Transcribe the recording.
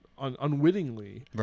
unwittingly